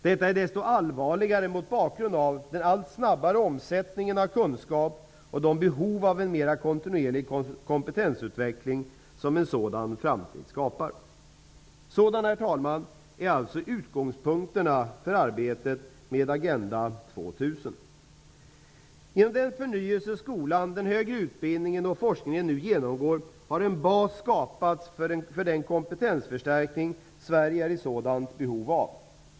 Detta är desto allvarligare mot bakgrund av den allt snabbare omsättningen av kunskap och de behov av en mer kontinuerlig kompetensutveckling som en sådan framtid skapar. Sådana, herr talman, är alltså utgångspunkterna för arbetet med Agenda 2000. Genom den förnyelse skolan, den högre utbildningen och forskningen nu genomgår har en bas skapats för den kompetensförstärkning Sverige är i sådant behov av.